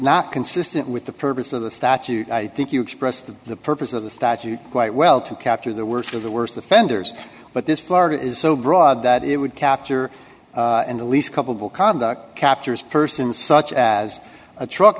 not consistent with the purpose of the statute i think you express that the purpose of the statute quite well to capture the worst of the worst offenders but this florida is so broad that it would capture in the least couple will conduct captures persons such as a truck